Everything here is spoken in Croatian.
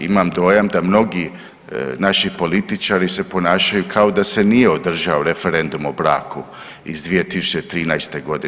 Imam dojam da mnogi naši političari se ponašaju kao da se nije održao referendum o braku iz 2013.g.